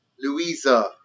Louisa